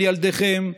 על ילדיכם,